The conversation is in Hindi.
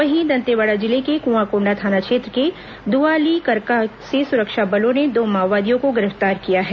वहीं दंतेवाड़ा जिले के कुआकोंडा थाना क्षेत्र के दुवालिकरका से सुरक्षा बलों ने दो माओवादियों को गिरफ्तार किया है